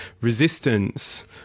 resistance